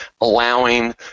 allowing